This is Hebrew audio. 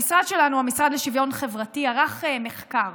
המשרד שלנו, המשרד לשוויון חברתי, ערך מחקר